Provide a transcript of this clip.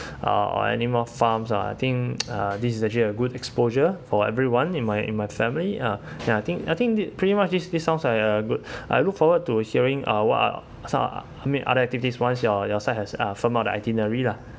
uh or anymore farms uh I think uh this is actually a good exposure for everyone in my in my family ah ya I think I think pretty much this this sounds like a good I look forward to hearing uh what are some uh I mean other activities once your your side has uh formed up the itinerary lah